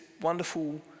wonderful